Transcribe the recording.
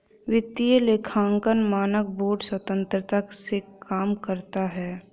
वित्तीय लेखांकन मानक बोर्ड स्वतंत्रता से काम करता है